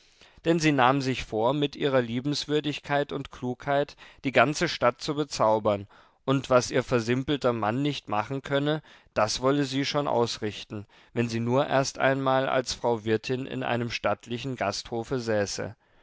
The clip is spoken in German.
denn sie nahm sich vor mit ihrer liebenswürdigkeit und klugheit die ganze stadt zu bezaubern und was ihr versimpelter mann nicht machen könne das wolle sie schon ausrichten wenn sie nur erst einmal als frau wirtin in einem stattlichen gasthofe